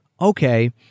okay